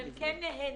הם כן "נהנים"